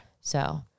So-